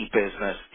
business